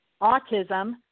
autism